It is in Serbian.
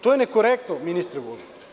To je nekorektno, ministre Vulin.